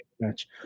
match